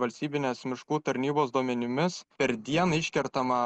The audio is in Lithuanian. valstybinės miškų tarnybos duomenimis per dieną iškertama